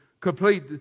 complete